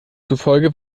zufolge